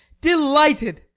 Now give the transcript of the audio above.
delighted!